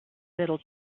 little